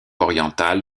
oriental